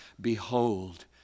behold